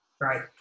right